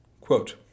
quote